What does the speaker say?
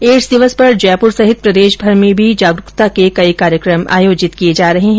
ads दिवस पर जयपुर सहित प्रदेशभर में भी जागरूकता के कई कार्यक्रम आयोजित हो रहे है